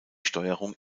steuerung